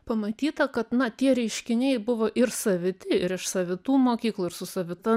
pamatyta kad na tie reiškiniai buvo saviti ir iš savitų mokyklų ir su savita